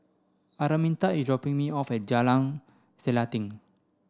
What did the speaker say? Araminta is dropping me off at Jalan Selanting